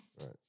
Right